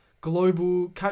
global